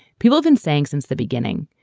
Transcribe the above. people have been saying since the beginning.